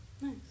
Nice